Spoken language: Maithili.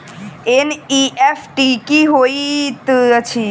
एन.ई.एफ.टी की होइत अछि?